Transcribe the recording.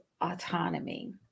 autonomy